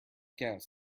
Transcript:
gas